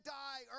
die